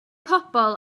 pobl